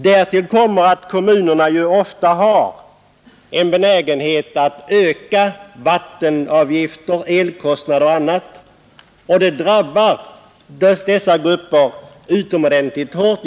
Därtill kommer att kommunerna ofta har en benägenhet att öka vattenavgifter, elkostnader och annat, vilket drabbar dessa grupper utomordentligt hårt.